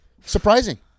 surprising